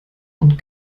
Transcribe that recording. und